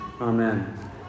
Amen